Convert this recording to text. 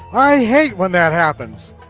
i hate when that happens.